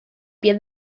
pie